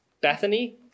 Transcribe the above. Bethany